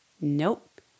Nope